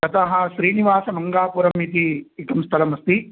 ततः श्रीनिवासमङ्गापुरमिति एकं स्थलमस्ति